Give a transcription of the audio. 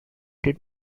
did